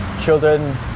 children